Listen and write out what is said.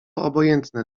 obojętne